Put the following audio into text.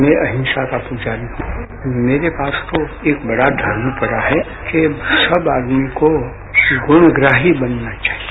मैं आहिंसा का पुजारी हूं मेरे पास तो एक बड़ा धर्म पड़ा है कि सब आदमी को गुणग्राही बनना चाहिए